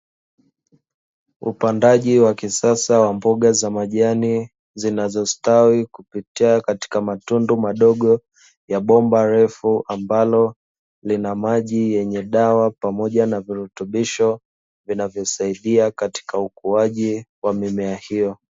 Upandaji wa kisasa wa mboga za majani, zinazostawi kupitia katika matundu madogo ya bomba refu ambalo lina maji yenye dawa pamoja na virutubisho vinavyosaidia katika ukuaji wa mimea hiyo.